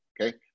okay